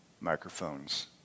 microphones